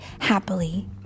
happily